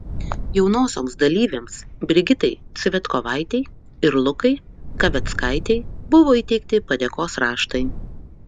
jaunosioms dalyvėms brigitai cvetkovaitei ir lukai kaveckaitei buvo įteikti padėkos raštai